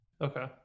Okay